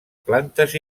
plantes